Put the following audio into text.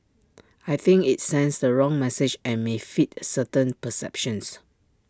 I think IT sends the wrong message and may feed certain perceptions